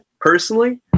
personally